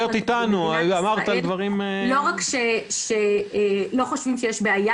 איפה הייתה הבעיה